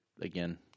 again